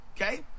Okay